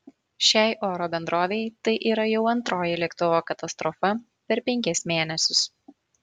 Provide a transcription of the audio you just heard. šiai oro bendrovei tai yra jau antroji lėktuvo katastrofa per penkis mėnesius